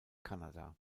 kanada